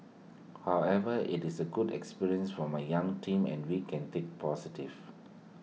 however IT is A good experience for my young team and we can take positives